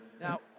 Now